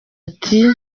ati